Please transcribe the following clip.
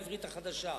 בעברית החדשה.